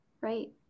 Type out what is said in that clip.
Right